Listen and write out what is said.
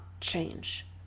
change